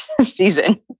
season